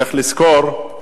צריך לזכור,